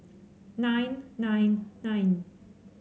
nine nine nine